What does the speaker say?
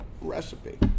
recipe